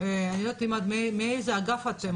אני לא יודעת מאיזה אגף אתם,